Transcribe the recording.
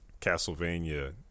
Castlevania